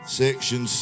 section